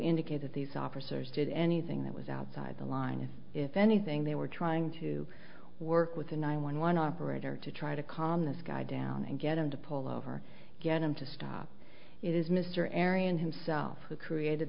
indicate that these officers did anything that was outside the line and if anything they were trying to work with the nine one one operator to try to calm this guy down and get him to pull over get him to stop it is mr arion himself who created